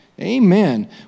Amen